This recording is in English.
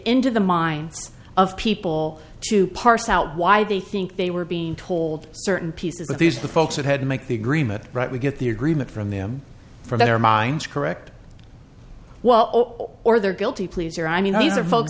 into the minds of people to parse out why they think they were being told certain pieces of these the folks that had to make the agreement right we get the agreement from them for their minds correct or their guilty pleas or i mean these are folks